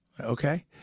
Okay